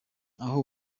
aho